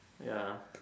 ya